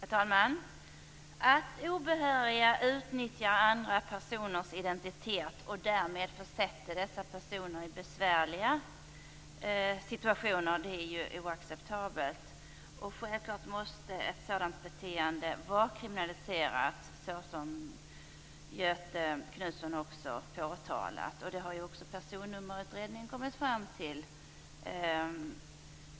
Herr talman! Att obehöriga utnyttjar andra personers identitet och därmed försätter dessa personer i besvärliga situationer är oacceptabelt. Självklart måste ett sådant beteende vara kriminaliserat, vilket Göthe Knutson också påtalade. Även Personnummerutredningen har kommit fram till det.